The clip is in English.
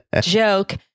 joke